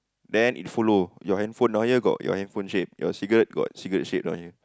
then it follow your handphone down here got your handphone shape your cigarette got cigarette shape down here